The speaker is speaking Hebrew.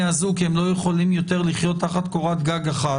הזוג כי הם לא יכולים יותר לחיות תחת קורת גג אחת,